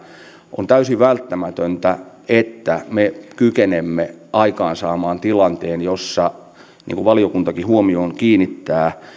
on täysin välttämätöntä että me kykenemme aikaansaamaan tilanteen jossa mihin valiokuntakin huomion kiinnittää